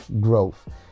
growth